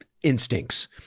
Instincts